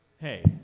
Hey